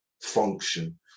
function